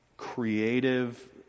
creative